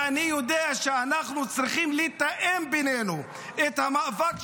ואני יודע שאנחנו צריכים לתאם בינינו את המאבק,